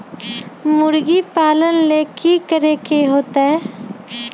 मुर्गी पालन ले कि करे के होतै?